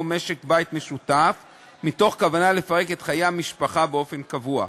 משק-בית משותף מתוך כוונה לפרק את חיי המשפחה באופן קבוע.